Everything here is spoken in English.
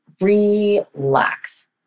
Relax